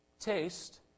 taste